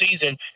season